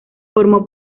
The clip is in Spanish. formó